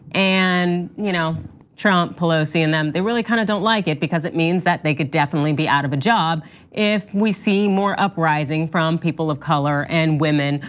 and you know trump, pelosi and them, they really kinda don't like it because it means that they could definitely be out of a job if we see more uprising from people of color and women.